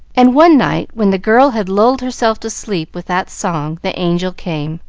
and one night, when the girl had lulled herself to sleep with that song, the angel came.